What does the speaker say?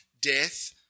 death